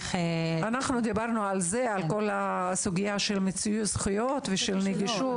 דיברנו על כל הסוגיה של מיצוי זכויות ושל נגישות.